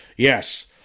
Yes